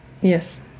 Yes